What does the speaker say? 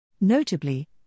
Notably